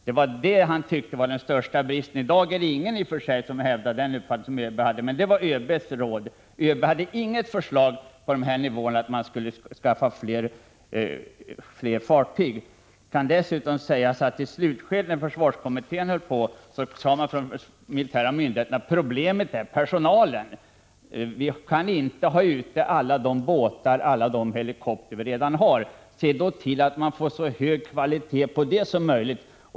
Det var bristen på sådana som han ansåg vara det största problemet i sammanhanget. I dag är det nog ingen som hävdar den uppfattningen, men detta var alltså ÖB:s råd. ÖB hade på den nu aktuella nivån inget förslag om att det skulle anskaffas fler fartyg. Det kan dessutom nämnas att i slutskedet av försvarskommitténs arbete sades från de militära myndigheternas sida: Problemet är personalen. Vi kan inte ha ute alla de båtar, alla de helikoptrar som redan finns eller snart levereras. Se då till att kvaliteten blir så hög som möjligt.